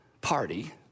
party